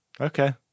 Okay